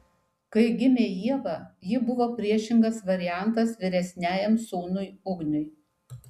kai gimė ieva ji buvo priešingas variantas vyresniajam sūnui ugniui